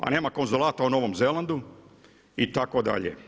A nema konzulata u Novom Zelandu itd.